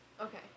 Okay